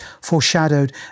foreshadowed